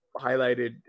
highlighted